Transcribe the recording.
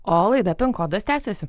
o laida pin kodas tęsiasi